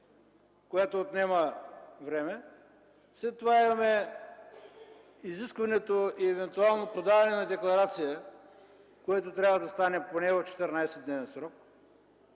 което отнема време, след това имаме изискването и евентуално подаване на декларация, което трябва да стане поне в 14-дневен срок.